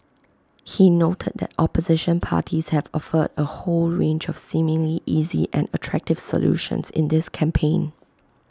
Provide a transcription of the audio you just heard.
he noted that opposition parties have offered A whole range of seemingly easy and attractive solutions in this campaign